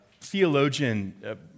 theologian